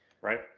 Right